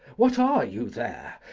what are you there?